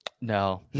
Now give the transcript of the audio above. No